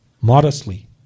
modestly